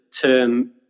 term